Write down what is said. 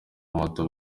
moto